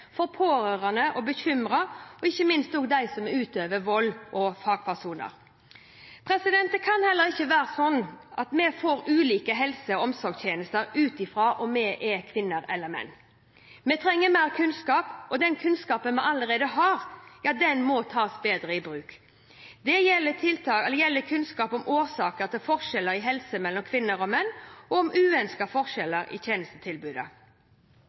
pårørende og bekymrede, og ikke minst til dem som utøver vold, og til fagpersoner. Det kan heller ikke være sånn at vi får ulike helse- og omsorgstjenester ut ifra om vi er kvinner eller menn. Vi trenger mer kunnskap. Den kunnskapen vi allerede har, må tas bedre i bruk. Dette gjelder kunnskap om årsaker til forskjeller i helse mellom kvinner og menn, og om uønskede forskjeller i tjenestetilbudet.